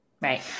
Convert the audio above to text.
Right